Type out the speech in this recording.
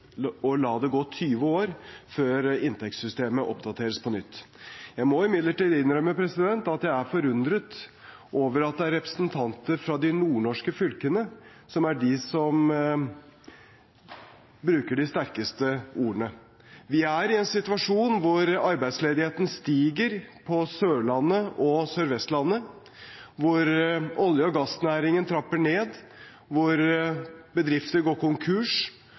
å la det gå 20 år før inntektssystemet oppdateres på nytt. Jeg må imidlertid innrømme at jeg er forundret over at det er representanter fra de nordnorske fylkene som er de som bruker de sterkeste ordene. Vi er i en situasjon hvor arbeidsledigheten stiger på Sørlandet og Sør-Vestlandet, hvor olje- og gassnæringen trapper ned, hvor bedrifter går konkurs,